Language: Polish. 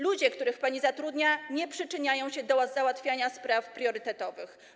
Ludzie, których pani zatrudnia, nie przyczyniają się do załatwiania spraw priorytetowych.